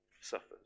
suffers